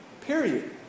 period